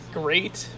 great